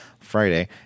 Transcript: Friday